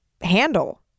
handle